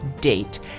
date